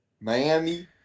Miami